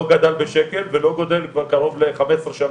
לא גדל בשקל, ולא גדל כבר קרוב לחמש עשרה שנה,